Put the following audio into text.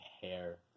hair